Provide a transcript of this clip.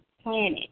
Planet